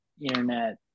internet